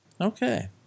Okay